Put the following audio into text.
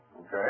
Okay